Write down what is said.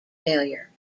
failure